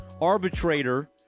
arbitrator